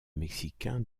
mexicains